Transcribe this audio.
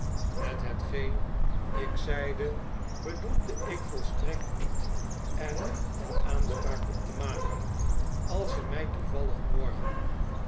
met hetgeen ik zeide bedoelde ikvolstrekt niet er nu al aanspraak op te maken als ze mij toevallen morgen